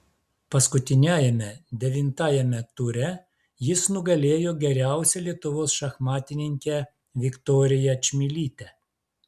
paskutiniajame devintajame ture jis nugalėjo geriausią lietuvos šachmatininkę viktoriją čmilytę